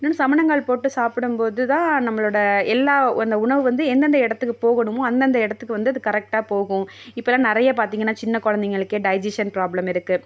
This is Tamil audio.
இன்னொன்று சமணங்கால் போட்டு சாப்பிடம்போது தான் நம்மளோட எல்லா அந்த உணவு வந்து எந்தெந்த இடத்துக்கு போகணுமோ அந்தந்த இடத்துக்கு வந்து அது கரெக்டாக போகும் இப்போல்லாம் நிறைய பார்த்திங்கனா சின்ன குழந்தைங்களுக்கே டைஜிஷன் ப்ராப்ளம் இருக்கு